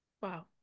Wow